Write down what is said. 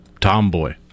tomboy